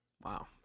Wow